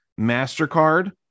MasterCard